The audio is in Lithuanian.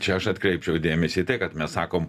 čia aš atkreipčiau dėmesį į tai kad mes sakom